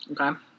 okay